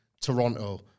Toronto